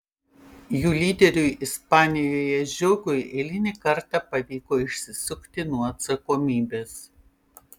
jų lyderiui ispanijoje žiogui eilinį kartą pavyko išsisukti nuo atsakomybės